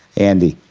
andy.